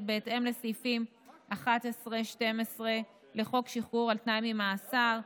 בהתאם לסעיפים 11 ו-12 לחוק שחרור על תנאי ממאסר,